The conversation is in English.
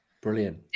Brilliant